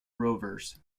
rovers